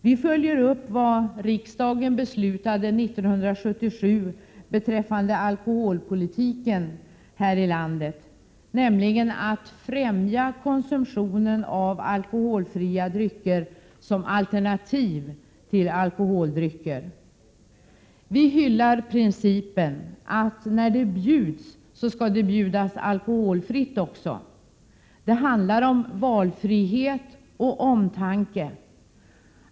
Vi följer upp vad riksdagen beslutade år 1977 beträffande alkoholpolitiken här i landet, nämligen att främja konsumtionen av alkoholfria drycker som alternativ till alkoholdrycker. Vi hyllar principen att det när det bjuds också skall bjudas alkoholfritt. Det handlar om valfrihet och omtanke.